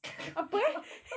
apa